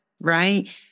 right